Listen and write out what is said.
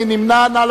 מי נמנע?